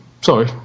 Sorry